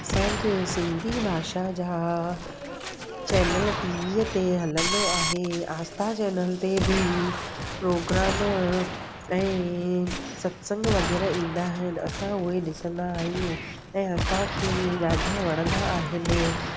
असांजे सिंधी भाषा जा चैनल टीवीअ ते हलंदो आहे आस्था चैनल ते बि प्रोग्राम ऐं सत्संगु वग़ैरह ईंदा आहिनि असां उहे ॾिसंदा आहियूं ऐं असांखे ॾाढा वणंदा आहिनि